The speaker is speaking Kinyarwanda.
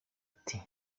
ati